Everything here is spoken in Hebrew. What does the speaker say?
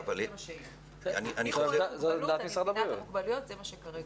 זאת עמדת משרד הבריאות.